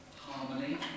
harmony